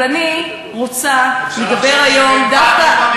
אבל אני רוצה לדבר היום דווקא,